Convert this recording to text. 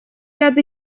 ряд